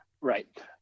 Right